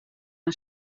een